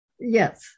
Yes